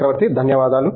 చక్రవర్తి ధన్యవాదాలు